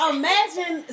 imagine